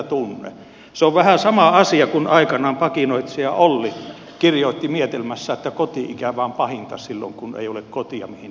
se on vähän sama asia kuin aikanaan pakinoitsija olli kirjoitti mietelmässään että koti ikävä on pahinta silloin kun ei ole kotia mihin ikävöi